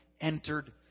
entered